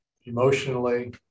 emotionally